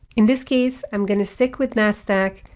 in this case, i'm going to stick with nasdaq,